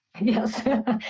Yes